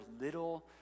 little